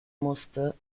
musste